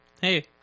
Hey